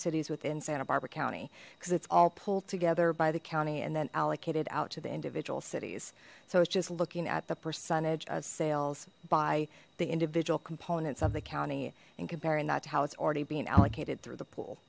cities within santa barbara county because it's all pulled together by the county and then allocated out to the individual cities so it's just looking at the percentage of sales by the individual components of the county and comparing that to how it's already being allocated through the pool